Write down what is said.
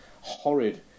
horrid